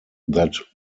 that